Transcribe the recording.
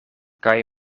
kaj